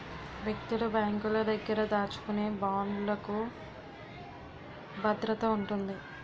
వ్యక్తులు బ్యాంకుల దగ్గర దాచుకునే బాండ్లుకు భద్రత ఉంటుంది